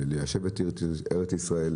ליישב את ארץ ישראל,